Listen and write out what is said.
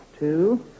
Two